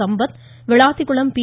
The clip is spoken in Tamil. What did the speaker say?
சம்பத் விளாத்திகுளம் பி